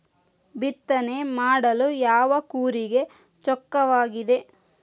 ಬಿತ್ತನೆ ಮಾಡಲು ಯಾವ ಕೂರಿಗೆ ಚೊಕ್ಕವಾಗಿದೆ?